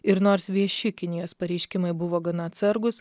ir nors vieši kinijos pareiškimai buvo gana atsargūs